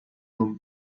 room